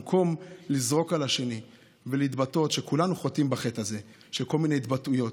במקום לזרוק על השני ולהתבטא כל מיני התבטאויות,